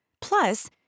Plus